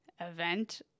event